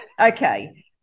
okay